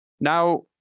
Now